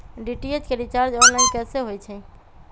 DTH के recharge online कैसे होईछई?